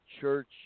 church